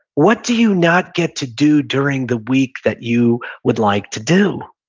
what do you not get to do during the week that you would like to do?